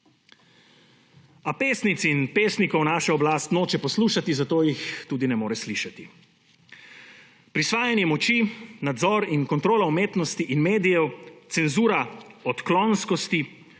A pesnic in pesnikov naša oblast noče poslušati, zato jih tudi ne more slišati. Prisvajanje moči, nadzor in kontrola umetnosti in medijev, cenzura odklonskosti,